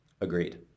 Agreed